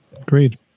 Agreed